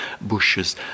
bushes